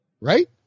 Right